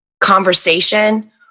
conversation